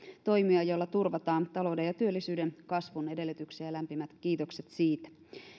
toimia joilla turvataan talouden ja työllisyyden kasvun edellytyksiä lämpimät kiitokset siitä